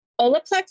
Olaplex